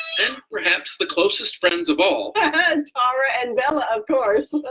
and perhaps the closest friends of all. and tara and bella of course!